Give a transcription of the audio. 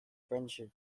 friendship